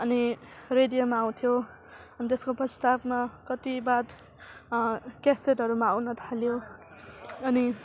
अनि रेडियोमा आउँथ्यो अन्त त्यसको पश्चातमा कतिबाद क्यासेटहरूमा आउन थाल्यो अनि